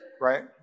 Right